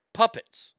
puppets